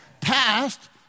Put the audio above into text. passed